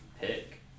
pick